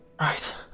right